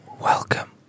Welcome